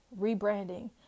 rebranding